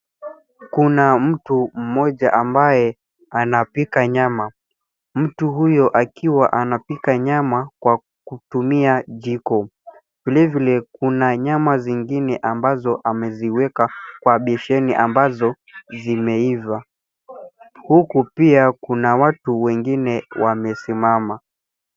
Kuna mtu mmoja ambaye anapika nyama. Mtu huyo akiwa anapika nyama kwa kutumia jiko. Vile vile, kuna nyama zingine ambazo ameziweka kwa besheni, ambazo zimeiva, huku pia kuna watu wengine wamesimama.